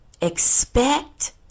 expect